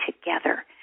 together